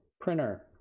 printer